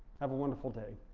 have a wonderful day.